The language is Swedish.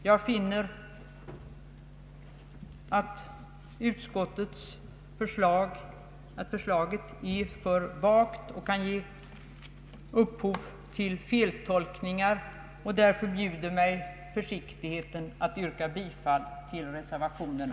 Jag finner att utskottets förslag är för vagt och kan ge upphov till feltolkningar. Därför bjuder mig försiktigheten att yrka bifall till reservationerna.